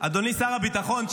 אדוני שר הביטחון,